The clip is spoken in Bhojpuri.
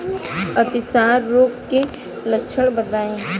अतिसार रोग के लक्षण बताई?